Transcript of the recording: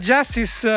Justice